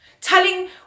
Telling